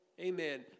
Amen